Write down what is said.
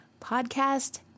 podcast